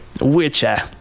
Witcher